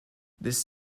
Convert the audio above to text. this